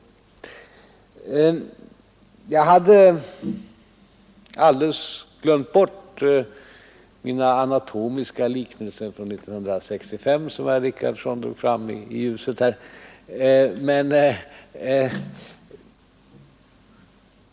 Jag hade alldeles glömt bort mina anatomiska liknelser från 1965 som herr Richardson här drog fram i ljuset.